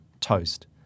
toast